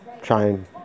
trying